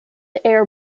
air